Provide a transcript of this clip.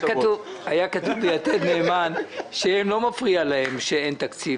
שהם לא מפריע להם שאין תקציב,